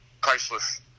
priceless